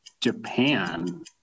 Japan